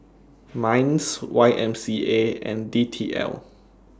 Minds Y M C A and D T L